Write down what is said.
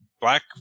black